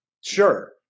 Sure